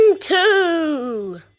two